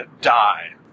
die